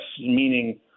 meaning